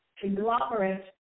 conglomerate